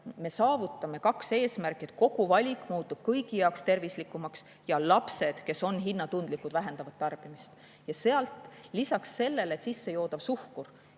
me saavutame kaks eesmärki: kogu valik muutub kõigi jaoks tervislikumaks ja lapsed, kes on hinnatundlikud, vähendavad tarbimist. Ja lisaks, see sissejoodav suhkur